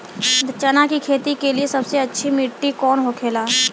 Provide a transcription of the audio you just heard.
चना की खेती के लिए सबसे अच्छी मिट्टी कौन होखे ला?